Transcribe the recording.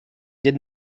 did